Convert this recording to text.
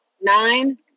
Nine